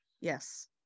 Yes